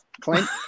Clint